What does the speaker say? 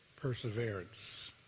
perseverance